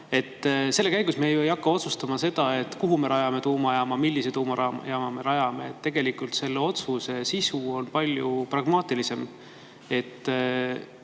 Selle käigus me ju ei hakka otsustama seda, kuhu me tuumajaama rajame ja millise tuumajaama me rajame. Tegelikult on selle otsuse sisu palju pragmaatilisem: